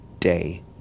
day